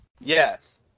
Yes